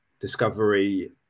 Discovery